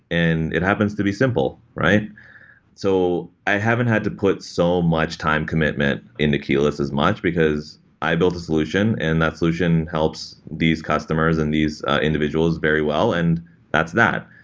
and it happens to be simple. so i haven't had to put so much time commitment into keyless as much, because i built a solution, and that solution helps these customers and these individuals very well, and that's that.